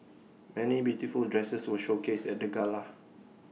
many beautiful dresses were showcased at the gala